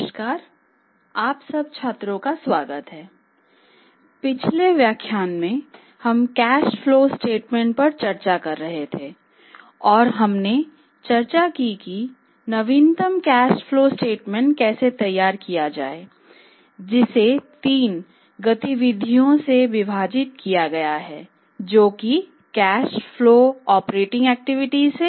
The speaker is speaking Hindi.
स्वागत है छात्रों पिछले व्याख्यान में हम कैश फ्लो स्टेटमेंटसे हैं